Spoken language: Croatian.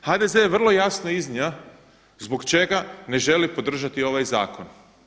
HDZ je vrlo jasno iznio zbog čega ne želi podržati ovaj zakon.